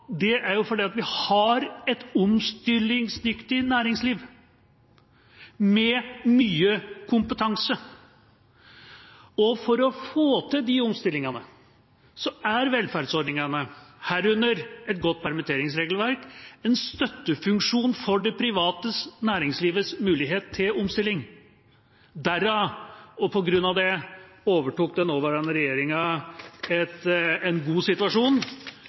Det er fordi vi har et omstillingsdyktig næringsliv med mye kompetanse. For å få til de omstillingene er velferdsordningene – herunder et godt permitteringsregelverk – en støttefunksjon for det private næringslivets mulighet til omstilling. På grunn av det overtok den nåværende regjeringa en god situasjon. Vi er ikke i en god situasjon